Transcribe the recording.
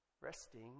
resting